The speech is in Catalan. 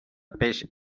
peix